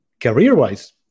career-wise